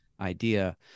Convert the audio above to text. idea